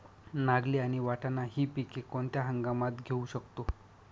नागली आणि वाटाणा हि पिके कोणत्या हंगामात घेऊ शकतो?